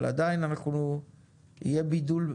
אבל עדיין יהיה בידול.